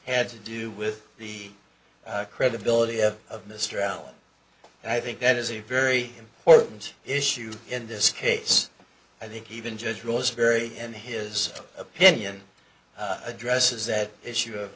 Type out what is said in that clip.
had to do with the credibility of mr allen and i think that is a very important issue in this case i think even judge rules vary in his opinion addresses that issue of